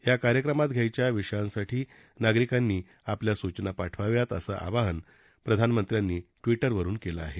या कार्यक्रमात घ्यायच्या विषयांसाठी नागरिकांनी आपल्या सूचना पाठवाव्यात असं आवाहन प्रधानमंत्री नरेंद्र मोदी यांनी ट्विरवरून केलं आहे